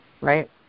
right